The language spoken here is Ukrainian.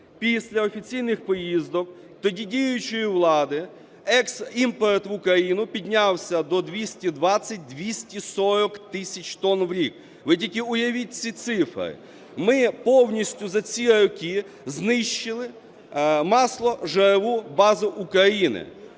після офіційних поїздок тоді діючої влади, імпорт в Україну піднявся до 220-240 тисяч тонн в рік. Ви тільки уявіть ці цифри. Ми повністю за ці роки знищили масложирову базу України.